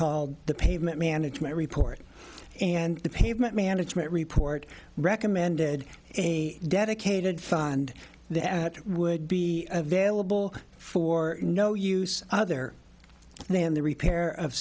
called the pavement management report and the pavement management report recommended a dedicated fund that would be available for no use other then the repair of